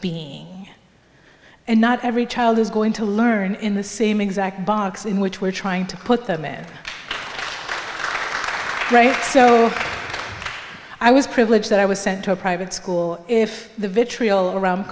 and not every child is going to learn in the same exact box in which we're trying to put the math right so i was privileged that i was sent to a private school if the vitriol around